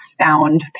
found